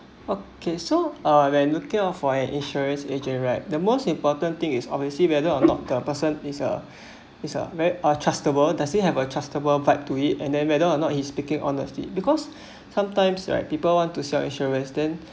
okay so uh when looking for an insurance agent right the most important thing is obviously whether or not the person is a is a very uh trustable does he have a trustable vibe to it and then whether or not he's speaking honestly because sometimes right people want to sell insurance then